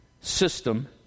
system